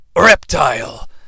Reptile